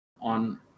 on